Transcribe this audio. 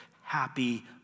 happy